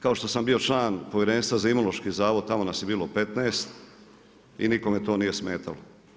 Kao što sam bio član Povjerenstva za Imunološki zavod, tamo nas je bilo 15 i nikome to nije smetalo.